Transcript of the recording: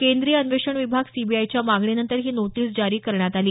केंद्रीय अन्वेषण विभाग सीबीआयच्या मागणीनंतर ही नोटीस जारी करण्यात आली